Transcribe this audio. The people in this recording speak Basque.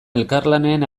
elkarlanean